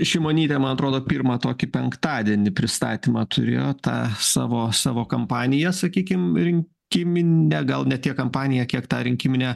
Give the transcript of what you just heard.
šimonytė man atrodo pirmą tokį penktadienį pristatymą turėjo tą savo savo kampaniją sakykim rinkiminę gal ne tiek kampaniją kiek tą rinkiminę